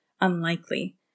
unlikely